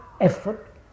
effort